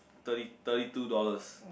thirty thirty two dollars